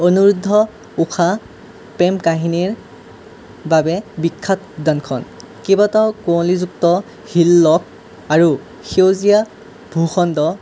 অনিৰুদ্ধ উষা প্ৰেম কাহিনীৰ বাবে বিখ্যাত উদ্যানখন কেইবাটাও কোঁৱলিযুক্ত হিললক আৰু সেউজীয়া ভূখণ্ড